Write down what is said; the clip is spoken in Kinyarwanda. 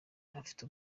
afite